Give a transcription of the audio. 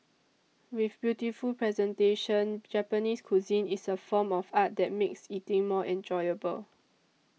with beautiful presentation Japanese cuisine is a form of art that makes eating more enjoyable